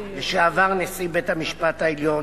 לשעבר נשיא בית-המשפט העליון,